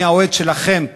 אני האוהד שלכם,